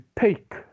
take